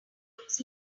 looks